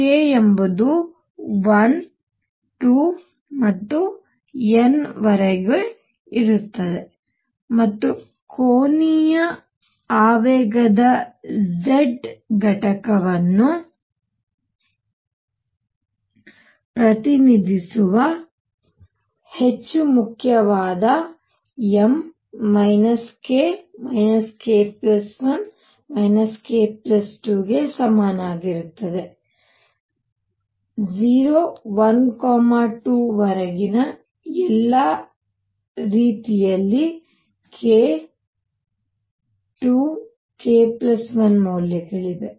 k ಎಂಬುದು 1 2 ಮತ್ತು n ವರೆಗೆ ಇರುತ್ತದೆ ಮತ್ತು ಕೋನೀಯ ಆವೇಗದ z ಘಟಕವನ್ನು ಪ್ರತಿನಿಧಿಸುವ ಹೆಚ್ಚು ಮುಖ್ಯವಾದ m k k 1 k 2 ಗೆ ಸಮನಾಗಿರುತ್ತದೆ 0 1 2 ವರೆಗಿನ ಎಲ್ಲಾ ರೀತಿಯಲ್ಲಿ k 2 k 1 ಮೌಲ್ಯಗಳಿಗೆ